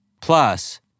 Plus